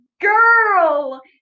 girl